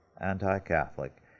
anti-Catholic